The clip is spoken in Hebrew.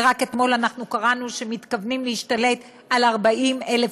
ורק אתמול קראנו שמתכוונים להשתלט על 40,000